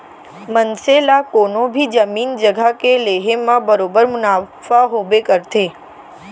मनसे ला कोनों भी जमीन जघा के लेहे म बरोबर मुनाफा होबे करथे